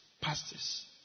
pastors